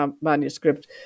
manuscript